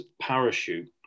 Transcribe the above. parachute